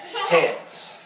hands